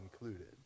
included